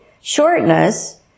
shortness